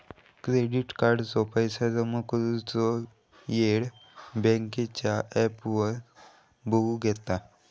credit कार्डाचो पैशे जमा करुचो येळ बँकेच्या ॲपवर बगुक येता